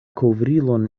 kovrilon